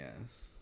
yes